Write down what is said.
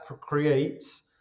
creates